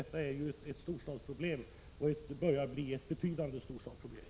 Detta börjar bli ett betydande storstadsproblem.